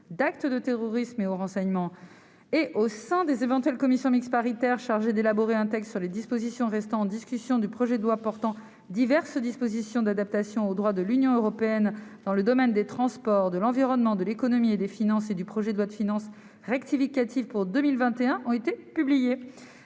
d'actes de terrorisme et au renseignement, et au sein des éventuelles commissions mixtes paritaires chargées d'élaborer un texte sur les dispositions restant en discussion du projet de loi portant diverses dispositions d'adaptation au droit de l'Union européenne dans le domaine des transports, de l'environnement, de l'économie et des finances et du projet de loi de finances rectificative pour 2021 ont été publiées.